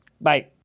Bye